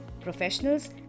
professionals